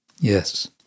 yes